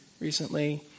recently